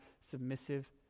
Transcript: submissive